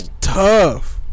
tough